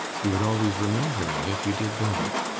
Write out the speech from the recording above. you would always remember me if you did that.